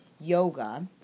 yoga